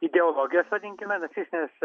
ideologijos vadinkime nacistinės